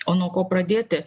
o nuo ko pradėti